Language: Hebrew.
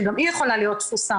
שגם היא יכולה להיות תפוסה.